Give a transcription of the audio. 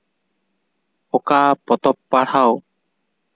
ᱚᱠᱟ ᱯᱚᱛᱚᱵ ᱯᱟᱲᱦᱟᱣ